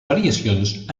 variacions